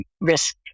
risk